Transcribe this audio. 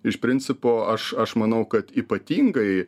iš principo aš aš manau kad ypatingai